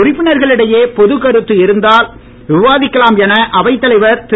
உறுப்பினர்களிடையே பொது கருத்து இருந்தால் விவாதிக்கலாம் என அவைத் தலைவர் திரு